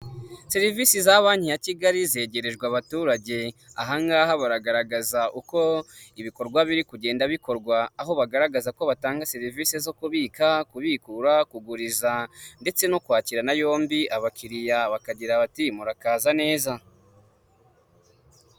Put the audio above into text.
Serivisi za banki ya kigali zegerejwe abaturage ahanga baragaragaza uko ibikorwa biri kugenda bikorwa aho bagaragaza ko batanga serivisi zo kubika, kubikura, kuguriza ndetse no kwakirana yombi abakiriya bakagira bati murakaza neza.